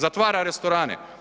Zatvara restorane.